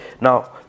Now